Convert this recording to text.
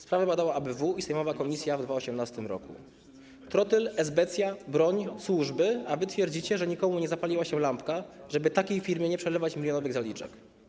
Sprawę badały ABW i sejmowa komisja w 2018 r. Trotyl, esbecja, broń, służby, a wy twierdzicie, że nikomu nie zapaliła się lampka, żeby takiej firmie nie przelewać milionowych zaliczek.